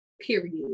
Period